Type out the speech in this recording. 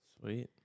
Sweet